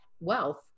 wealth